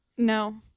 No